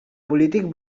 polític